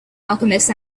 alchemist